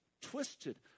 twisted